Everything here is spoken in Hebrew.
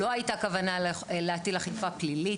לא הייתה כוונה להטיל אכיפה פלילית.